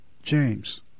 James